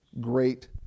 great